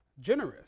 generous